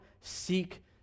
seek